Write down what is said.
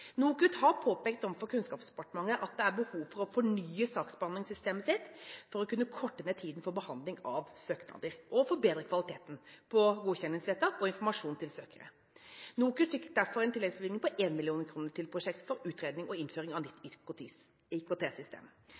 NOKUT har påpekt overfor Kunnskapsdepartementet at de har behov for å fornye saksbehandlingssystemet sitt for å kunne korte ned tiden på behandling av søknader og forbedre kvaliteten på godkjenningsvedtak og informasjonen til søkere. NOKUT fikk derfor en tilleggsbevilgning på 1 mill. kr til et prosjekt for utredning av innføring av nytt